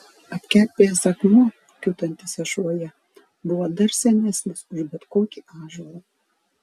apkerpėjęs akmuo kiūtantis ašvoje buvo dar senesnis už bet kokį ąžuolą